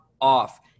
off